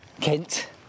Kent